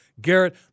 Garrett